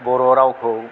बर' रावखौ